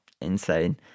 insane